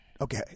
Okay